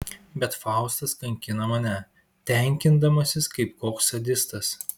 bet faustas kankina mane tenkindamasis kaip koks sadistas